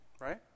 right